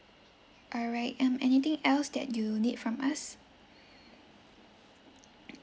all right um anything else that you need from us